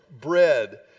bread